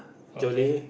okay